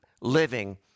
living